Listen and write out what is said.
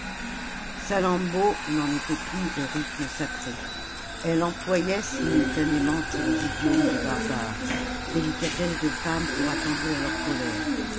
salammbô n'en était plus au rythme sacré elle employait simultanément tous les idiomes des barbares délicatesse de femme pour attendrir leur colère